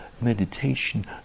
meditation